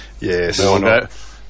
Yes